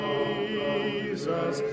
Jesus